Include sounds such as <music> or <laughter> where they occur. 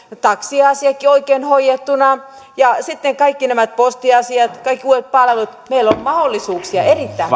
taksiasiassakin oikein hoidettuna ja sitten kaikki nämä postiasiat kaikki uudet palvelut meillä on mahdollisuuksia erittäin <unintelligible>